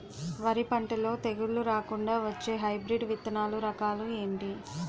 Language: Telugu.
వరి పంటలో తెగుళ్లు రాకుండ వచ్చే హైబ్రిడ్ విత్తనాలు రకాలు ఏంటి?